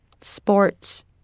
sports